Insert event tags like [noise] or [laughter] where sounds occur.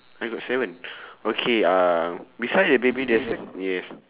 I got seven [breath] okay uh beside the baby there's yes